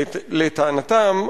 לטענתם,